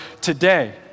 today